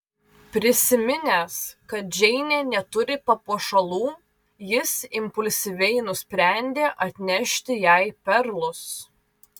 prisiminęs kad džeinė neturi papuošalų jis impulsyviai nusprendė atnešti jai perlus